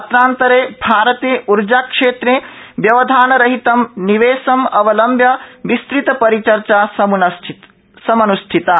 अत्रान्तरे भारते ऊर्जाक्षेत्रे व्यवधानरहितं निवेशं अवलम्ब्य विस्तृत रिचर्चा समन्ष्ठिता